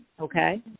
okay